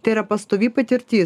tai yra pastovi patirtis